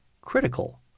critical